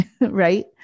right